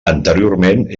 anteriorment